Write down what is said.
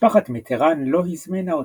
משפחת מיטראן לא הזמינה אותם.